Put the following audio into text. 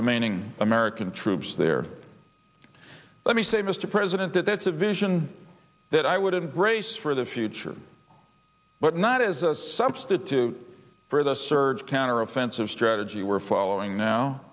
remaining american troops there let me say mr president that that's a vision that i would have brace for the future but not as a substitute for the surge counter offensive strategy we're following now